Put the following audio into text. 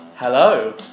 Hello